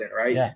right